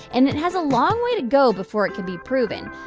and it has a long way to go before it can be proven.